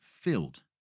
filled